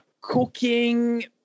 cooking